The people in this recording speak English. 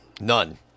None